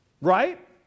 Right